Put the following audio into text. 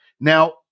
Now